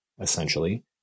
essentially